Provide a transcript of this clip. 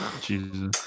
Jesus